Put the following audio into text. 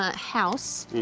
ah house.